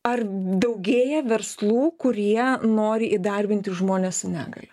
ar daugėja verslų kurie nori įdarbinti žmones su negalia